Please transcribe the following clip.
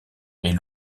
est